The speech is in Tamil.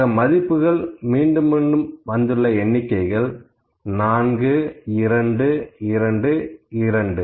ஆக மதிப்புகள் மீண்டும் மீண்டும் வந்துள்ள எண்ணிக்கைகள் 4 2 2 2